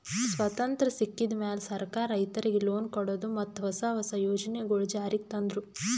ಸ್ವತಂತ್ರ್ ಸಿಕ್ಕಿದ್ ಮ್ಯಾಲ್ ಸರ್ಕಾರ್ ರೈತರಿಗ್ ಲೋನ್ ಕೊಡದು ಮತ್ತ್ ಹೊಸ ಹೊಸ ಯೋಜನೆಗೊಳು ಜಾರಿಗ್ ತಂದ್ರು